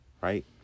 right